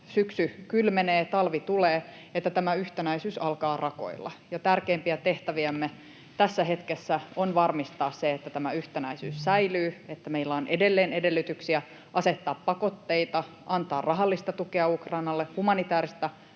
syksy kylmenee ja talvi tulee, että tämä yhtenäisyys alkaa rakoilla, ja tärkeimpiä tehtäviämme tässä hetkessä on varmistaa se, että tämä yhtenäisyys säilyy, että meillä on edelleen edellytyksiä asettaa pakotteita, antaa rahallista tukea Ukrainalle ja humanitääristä